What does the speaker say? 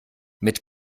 mit